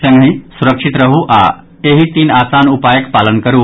संगहि सुरक्षित रहू आ एहि तीन आसान उपायक पालन करू